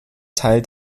teil